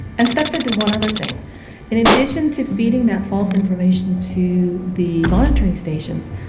and stuxnet did one other thing in addition to feeding that false information to the monitoring stations,